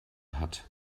hat